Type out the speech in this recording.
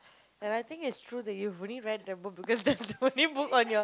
and I think it's true that you've only read that book because that's the only book on your